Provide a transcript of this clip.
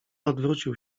odwrócił